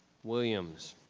williams.